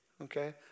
okay